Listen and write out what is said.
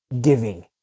giving